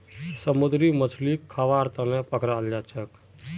समुंदरी मछलीक खाबार तनौ पकड़ाल जाछेक